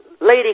lady